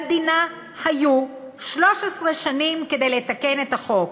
למדינה היו 13 שנים לתקן את החוק.